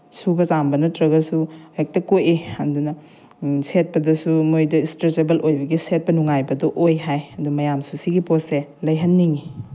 ꯁꯨꯕ ꯆꯥꯝꯕ ꯅꯠꯇ꯭ꯔꯒꯁꯨ ꯍꯦꯛꯇ ꯀꯣꯛꯏ ꯑꯗꯨꯅ ꯁꯦꯠꯄꯗꯁꯨ ꯃꯣꯏꯗ ꯏꯁꯇ꯭ꯔꯦꯆꯦꯕꯜ ꯑꯣꯏꯕꯒꯤ ꯁꯦꯠꯄ ꯅꯨꯡꯉꯥꯏꯕꯗꯣ ꯑꯣꯏ ꯍꯥꯏ ꯑꯗꯣ ꯃꯌꯥꯝꯁꯨ ꯁꯤꯒꯤ ꯄꯣꯠꯁꯦ ꯂꯩꯍꯟꯅꯤꯡꯏ